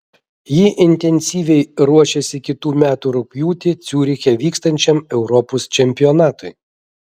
ji intensyviai ruošiasi kitų metų rugpjūtį ciuriche vyksiančiam europos čempionatui